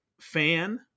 fan